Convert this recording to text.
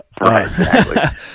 right